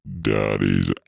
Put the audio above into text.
Daddy's